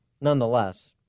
nonetheless